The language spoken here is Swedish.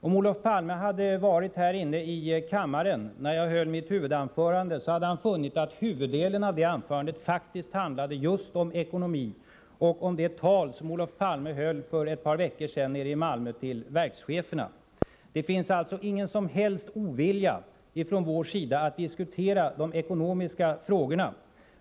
Om Olof Palme hade varit här inne i kammaren när jag höll mitt huvudanförande, så hade han funnit att den övervägande delen av det anförandet faktiskt handlade just om ekonomi och om det tal som Olof Palme höll för ett par veckor sedan nere i Malmö inför verkscheferna. Det finns alltså ingen som helst ovilja från vår sida att diskutera de ekonomiska frågorna.